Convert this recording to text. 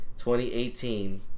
2018